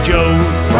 Jones